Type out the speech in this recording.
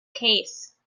case